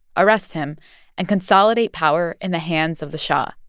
arrest him and consolidate power in the hands of the shah,